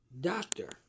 doctor